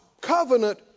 covenant